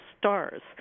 stars